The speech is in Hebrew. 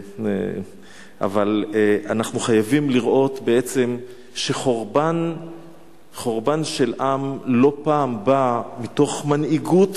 אבל אנחנו חייבים לראות בעצם שחורבן של עם לא פעם בא בגלל מנהיגות